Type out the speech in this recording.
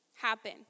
happen